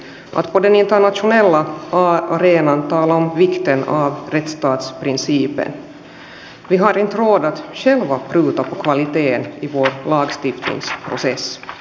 ainoa kestävä ratkaisu on rauhan palauttaminen kriisialueille ja pakolaisia on autettava niin lähellä kotiseutuaan kuin mahdollista